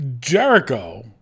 Jericho